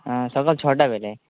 ହଁ ସକାଳ ଛଅଟା ବେଳେ